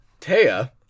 Taya